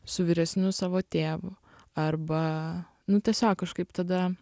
su vyresniu savo tėvu arba nu tiesiog kažkaip tada